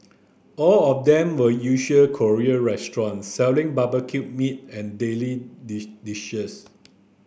all of them were usual Korean restaurants selling barbecued meat and daily dishes